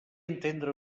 entendre